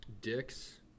Dicks